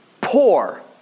poor